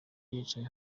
yicaye